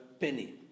penny